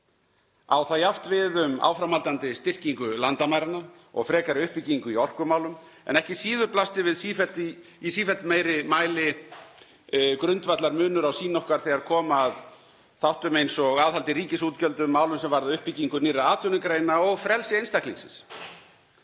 Á það jafnt við um áframhaldandi styrkingu landamæranna og frekari uppbyggingu í orkumálum en ekki síður blasti við í sífellt meiri mæli grundvallarmunur á sýn okkar þegar kom að þáttum eins og aðhaldi í ríkisútgjöldum, málum sem varða uppbyggingu nýrra atvinnugreina og frelsi einstaklingsins.